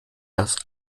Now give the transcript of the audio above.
dass